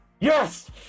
Yes